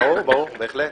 ברור, בהחלט.